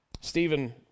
Stephen